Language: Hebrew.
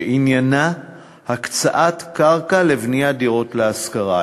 שעניינה הקצאת קרקע לבניית דירות להשכרה.